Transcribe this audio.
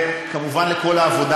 על כל העבודה,